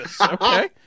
okay